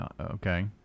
okay